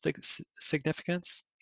significance